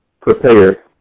prepared